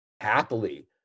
happily